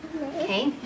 okay